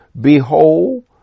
behold